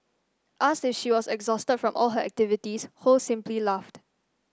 asked if she was exhausted from all her activities Ho simply laughed